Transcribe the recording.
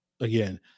again